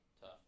tough